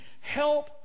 help